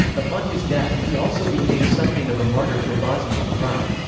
upon his death, he also became something of a martyr for bosnian pride.